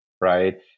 right